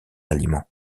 aliments